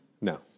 No